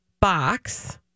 box